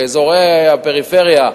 באזורי הפריפריה,